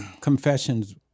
confessions